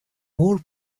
more